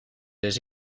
dus